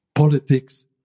Politics